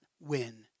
win